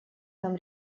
нам